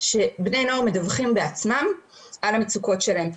שבני נוער מדווחים בעצמם על המצוקות שלהם,